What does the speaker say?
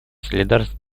солидарность